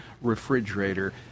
refrigerator